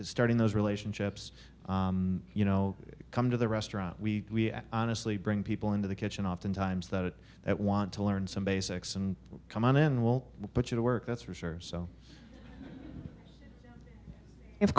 starting those relationships you know come to the restaurant we honestly bring people into the kitchen oftentimes that that want to learn some basics and come on in we'll put you to work that's for sure so of